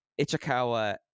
Ichikawa